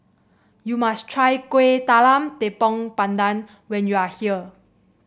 you must try Kueh Talam Tepong Pandan when you are here